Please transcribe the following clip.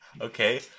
okay